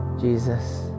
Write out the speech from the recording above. Jesus